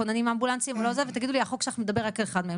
כוננים אמבולנסים ותגידו לי 'החוק שלך מדבר רק על אחד מהם'.